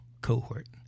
cohort